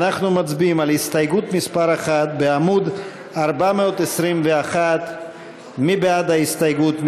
אנחנו מצביעים על הסתייגות מס' 1 בעמוד 421. מי בעד ההסתייגות?